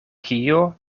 kio